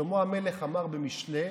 שלמה המלך אמר במשלי,